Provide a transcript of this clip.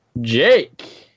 jake